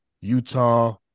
Utah